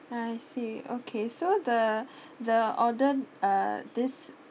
I see okay so the the order uh this